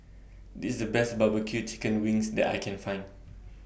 This IS The Best Barbecue Chicken Wings that I Can Find